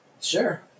Sure